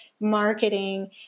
marketing